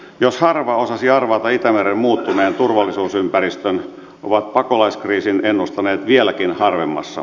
jos harva osasi arvata itämeren muuttuneen turvallisuusympäristön ovat pakolaiskriisin ennustaneet vieläkin harvemmassa